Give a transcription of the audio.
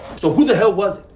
so, who the hell was